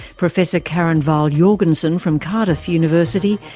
professor karin wahl-jorgensen from cardiff university,